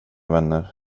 vänner